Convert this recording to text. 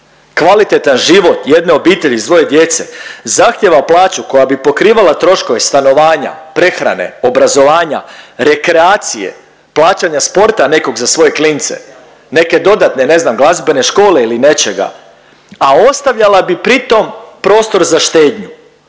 Kvalitetan život jedne obitelji s dvoje djece zahtjeva plaću koja bi pokrivala troškove stanovanja, prehrane, obrazovanja, rekreacije, plaćanja sporta nekog za svoje klince, neke dodatne ne znam glazbene škole ili nečega, a ostavljala bi pri tom prostor za štednju.